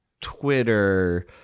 Twitter